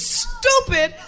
stupid